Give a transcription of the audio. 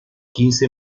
quince